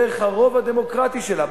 דרך הרוב הדמוקרטי שלה,